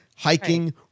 hiking